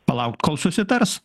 palaukt kol susitars